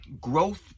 growth